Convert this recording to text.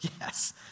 Yes